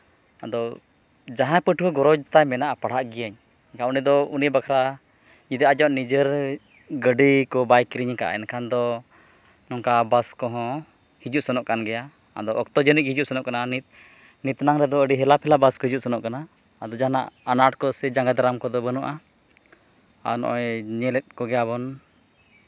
ᱟᱫᱚ ᱡᱟᱦᱟᱸᱭ ᱯᱟᱹᱴᱷᱩᱣᱟᱹ ᱜᱚᱨᱚᱡᱽ ᱛᱟᱭ ᱢᱮᱱᱟᱜᱼᱟ ᱯᱟᱲᱦᱟᱜ ᱜᱤᱭᱟᱹᱧ ᱮᱱᱠᱷᱟᱡ ᱩᱱᱤ ᱫᱚ ᱩᱱᱤ ᱵᱟᱠᱷᱨᱟ ᱡᱩᱫᱤ ᱟᱭᱟᱜ ᱱᱤᱡᱮᱨ ᱜᱟᱹᱰᱤ ᱠᱚ ᱵᱟᱭ ᱠᱤᱨᱤᱧ ᱠᱟᱜᱼᱟ ᱮᱱᱠᱷᱟᱱ ᱫᱚ ᱱᱚᱝᱠᱟ ᱵᱟᱥ ᱠᱚᱦᱚᱸ ᱦᱤᱡᱩᱜ ᱥᱮᱱᱚᱜ ᱠᱟᱱ ᱜᱮᱭᱟ ᱟᱫᱚ ᱚᱠᱛᱚ ᱡᱟᱹᱱᱤᱡ ᱦᱤᱡᱩᱜ ᱥᱮᱱᱚᱜ ᱠᱟᱱᱟ ᱩᱱᱤ ᱟᱹᱰᱤ ᱦᱮᱞᱟ ᱯᱷᱮᱞᱟ ᱵᱟᱥ ᱠᱚ ᱦᱤᱡᱩᱜ ᱥᱮᱱᱚᱜ ᱠᱟᱱᱟ ᱟᱫᱚ ᱡᱟᱦᱟᱱᱟᱜ ᱟᱱᱟᱴ ᱠᱚ ᱥᱮ ᱡᱟᱸᱜᱮ ᱫᱟᱨᱟᱢ ᱠᱚᱫᱚ ᱵᱟᱹᱱᱩᱜᱼᱟ ᱟᱨ ᱱᱚᱜᱼᱚᱭ ᱧᱮᱞᱮᱫ ᱠᱚᱜᱮ ᱜᱮᱭᱟᱵᱚᱱ